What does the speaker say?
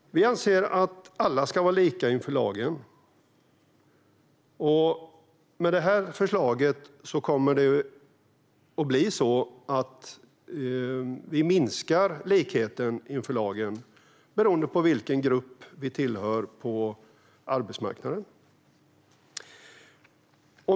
Vi anser att alla ska vara lika inför lagen. Med detta förslag kommer likheten inför lagen att minska beroende på vilken grupp vi tillhör på arbetsmarknaden.